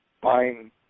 buying